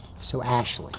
so ashley